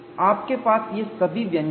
आपके पास ये सभी व्यंजक हैं